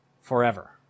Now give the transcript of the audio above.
forever